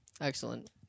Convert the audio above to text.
Excellent